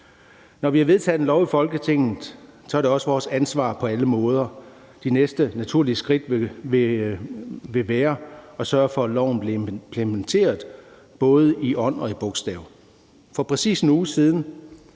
Når vi vedtager en lov i Folketinget, er det også vores ansvar på alle måder. Det næste naturlige skridt vil være at sørge for, at loven bliver implementeret i både ånd og bogstav. For præcis 1 uge siden